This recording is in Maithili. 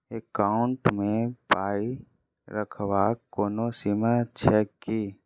एकाउन्ट मे पाई रखबाक कोनो सीमा छैक की?